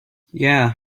yeah